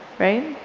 right?